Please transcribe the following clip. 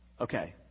Okay